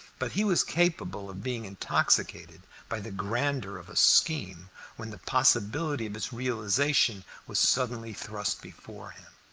but he was capable of being intoxicated by the grandeur of a scheme when the possibility of its realization was suddenly thrust before him.